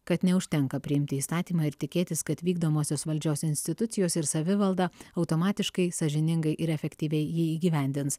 kad neužtenka priimti įstatymą ir tikėtis kad vykdomosios valdžios institucijos ir savivalda automatiškai sąžiningai ir efektyviai jį įgyvendins